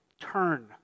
Turn